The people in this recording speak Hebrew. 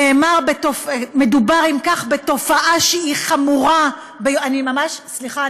ומדובר אם כך בתופעה שהיא חמורה סליחה,